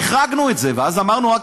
באו הפרקליטות אליי, אמרו לי: